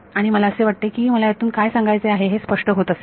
आणि मला असे वाटते की मला यातून काय सांगायचे आहे हे स्पष्ट होत असेल